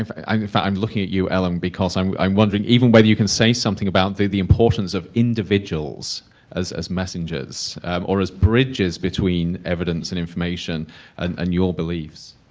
i mean i'm looking at you ellen because i'm i'm wondering even whether you can say something about the the importance of individuals as as messengers or as bridges between evidence and information and your beliefs.